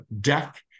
deck